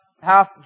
half